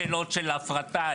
השאלות של הפרטה.